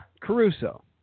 Caruso